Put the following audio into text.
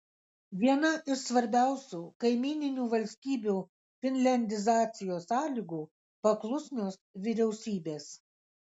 viena iš svarbiausių kaimyninių valstybių finliandizacijos sąlygų paklusnios vyriausybės